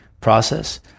process